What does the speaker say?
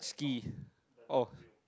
ski oh